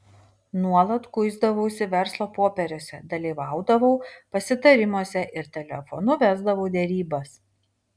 nuolat kuisdavausi verslo popieriuose dalyvaudavau pasitarimuose ir telefonu vesdavau derybas